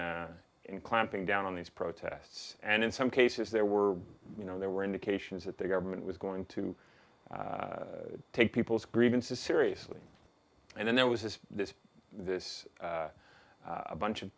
in in clamping down on these protests and in some cases there were you know there were indications that the government was going to take people's grievances seriously and then there was just this this a bunch of